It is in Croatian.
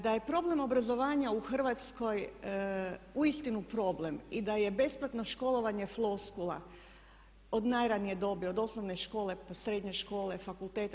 Da je problem obrazovanja u Hrvatskoj uistinu problem i da je besplatno školovanje floskula od najranije dobi, od osnovne škole plus srednje škole, fakulteta.